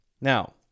Now